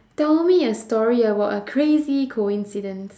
tell me a story about a crazy coincidence